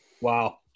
Wow